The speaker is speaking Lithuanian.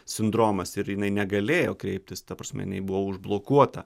sindromas ir jinai negalėjo kreiptis ta prasme jinai buvo užblokuota